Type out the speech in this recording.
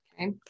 Okay